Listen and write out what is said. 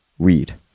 read